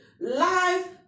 life